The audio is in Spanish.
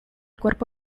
cuerpo